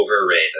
overrated